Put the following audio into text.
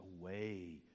away